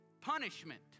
punishment